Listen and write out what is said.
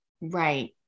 Right